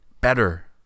Better